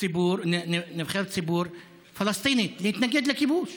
ציבור פלסטינית, להתנגד לכיבוש.